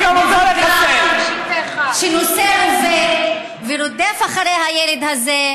במקום הזה ובמדינה הזאת.